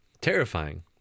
Terrifying